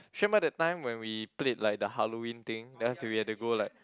that time when we played like the Halloween thing then we have to go like